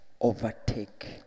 Overtake